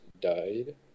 died